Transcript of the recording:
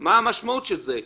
מה המשמעות של זה?